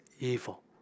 evil